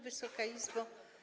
Wysoka Izbo!